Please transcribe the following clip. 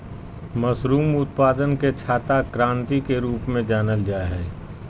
mushroom उत्पादन के छाता क्रान्ति के रूप में जानल जाय हइ